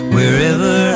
Wherever